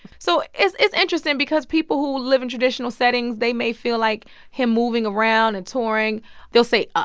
so it's it's interesting because people who live in traditional settings, they may feel like him moving around and touring they'll say,